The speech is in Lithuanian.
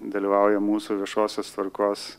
dalyvauja mūsų viešosios tvarkos